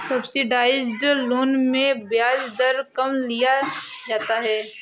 subsidised loan में ब्याज दर कम किया जाता है